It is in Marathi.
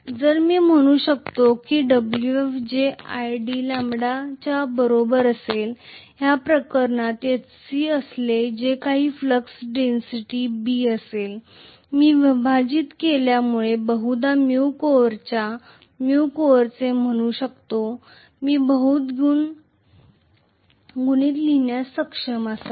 तर मी म्हणू शकतो की wf जे idλ च्या बरोबरीचे असेल या प्रकरणात Hc असेल जे काही फ्लक्स डेंसिटी B असेल मी विभाजित केल्यामुळे बहुदा µ कोरच्या µ कोरचे म्हणू शकतो आणि मी बहुगुणित लिहिण्यास सक्षम असावे